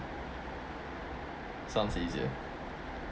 sounds easier